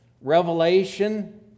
revelation